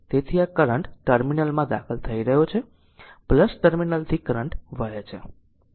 તેથી આ કરંટ ટર્મિનલમાં દાખલ થઈ રહ્યો છે ટર્મિનલથી કરંટ વહે છે